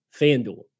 FanDuel